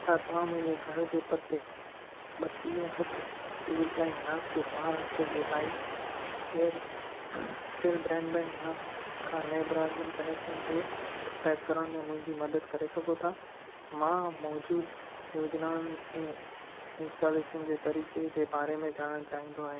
छा तव्हां मुंहिंजे घर जे पते ॿटीह हिकु सिविल लाइन नागपुर महाराष्ट्रा जे लाइ एयर टेल ब्रेडबैंड न खां नऐं ब्रॉडबैंड कनेक्शन खे सब्सक्राइब करण में मुंहिंजी मदद करे सघो था मां मौजूदु योजनाउनि ऐं इंस्टालेशन जे तरीक़े जे बारे में ॼाणणु चाहींदो आहियां